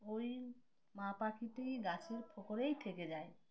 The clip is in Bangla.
ওই মা পাখিটি গাছের ফোকরেই থেকে যায়